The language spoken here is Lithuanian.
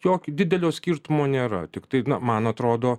jokio didelio skirtumo nėra tiktai na man atrodo